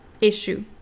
issue